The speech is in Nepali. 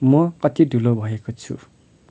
म कति ढिलो भएको छु